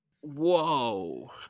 Whoa